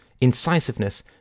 incisiveness